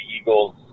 Eagles